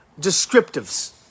descriptives